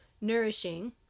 nourishing